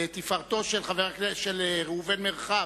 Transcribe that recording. לתפארתו של ראובן מרחב,